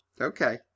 Okay